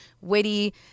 witty